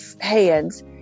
hands